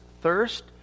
thirst